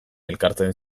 elkartzen